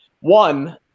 One